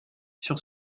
sur